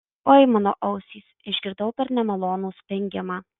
oi mano ausys išgirdau per nemalonų spengimą